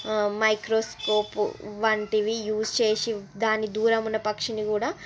microscope వంటివి use చేసి దాని దూరమున్న పక్షిని కూడా